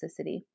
toxicity